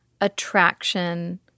attraction